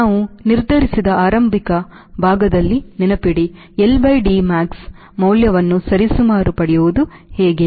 ನಾವು ನಿರ್ಧರಿಸಿದ ಆರಂಭಿಕ ಭಾಗದಲ್ಲಿ ನೆನಪಿಡಿ LDmax ಮೌಲ್ಯವನ್ನು ಸರಿಸುಮಾರು ಪಡೆಯುವುದು ಹೇಗೆ